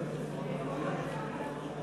כהצעת הוועדה, נתקבלו.